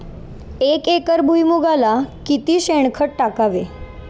एक एकर भुईमुगाला किती शेणखत टाकावे?